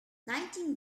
nineteen